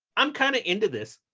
i'm kind of into this,